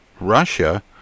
Russia